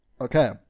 Okay